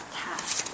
task